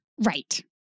Right